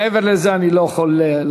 מעבר לזה אני לא יכול לעשות.